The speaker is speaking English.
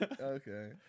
Okay